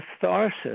catharsis